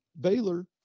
Baylor